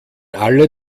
alle